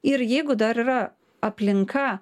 ir jeigu dar yra aplinka